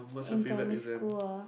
in primary school ah